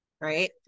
Right